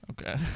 Okay